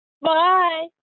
Bye